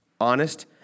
honest